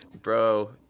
Bro